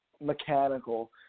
Mechanical